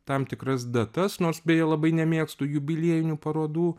tam tikras datas nors beje labai nemėgstu jubiliejinių parodų